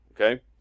okay